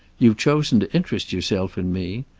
you've chosen to interest yourself in me.